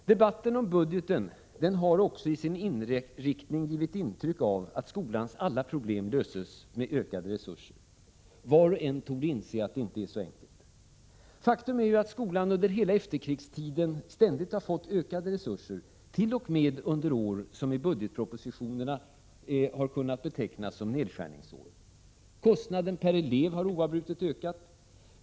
Debatten om budgeten har också i sin inriktning givit intryck av att skolans alla problem löses med ökade resurser. Var och en torde inse att det inte är så enkelt. Faktum är ju att skolan under hela efterkrigstiden ständigt har fått ökade resurser, t.o.m. under år som i budgetpropositionerna har kunnat betecknas som nedskärningsår. Kostnaden per elev har oavbrutet ökat.